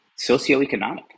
socioeconomic